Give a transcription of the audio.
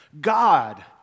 God